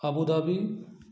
Abu Dhabi